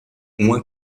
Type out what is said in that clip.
uma